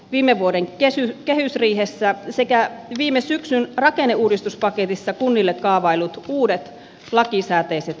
viime vuoden kesien kehysriihessään sekä viime syksyn rakenneuudistuspaketista kunnille kaavaillut uudet lakisääteiset